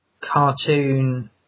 cartoon